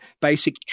basic